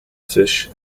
fish